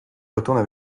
retourne